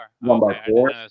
one-by-four